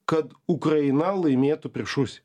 kad ukraina laimėtų prieš rusi